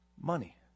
money